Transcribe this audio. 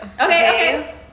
okay